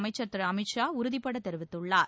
அமைச்சர் திரு அமித் ஷா உறுதிபடத் தெரிவித்துள்ளார்